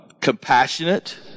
Compassionate